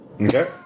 Okay